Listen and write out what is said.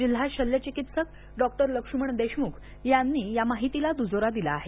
जिल्हा शल्यचिकित्सक डॉ लक्ष्मण देशमुख यांनी या माहितीला दुजोरा दिला आहे